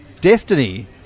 Destiny